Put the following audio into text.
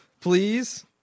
please